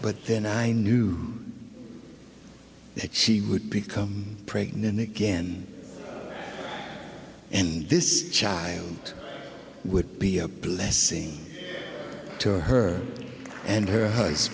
but then i knew she would become pregnant again and this child would be a blessing to her and her hus